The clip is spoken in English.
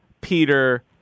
Peter